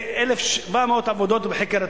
1,700 עבודות בחקר התנ"ך,